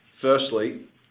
Firstly